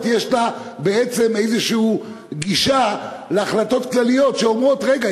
בעצם יש לה איזו גישה להחלטות כלליות שאומרות: רגע,